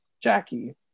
Jackie